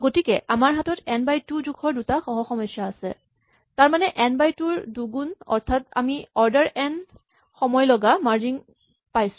গতিকে আমাৰ হাতত এন বাই টু জোখৰ দুটা সহ সমস্যা আছে তাৰমানে এন বাই টু ৰ দুগুণ অৰ্থাৎ আমি অৰ্ডাৰ এন সময় লগা মাৰ্জিং পাইছো